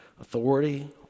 authority